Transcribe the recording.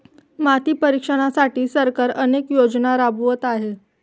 माती परीक्षणासाठी सरकार अनेक योजना राबवत आहे